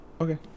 Okay